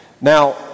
Now